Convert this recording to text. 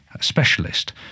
specialist